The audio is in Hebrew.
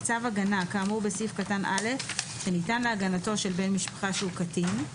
צו הגנה כאמור בסעיף קטן (א) שניתן להגנתו של בן משפחה שהוא קטין,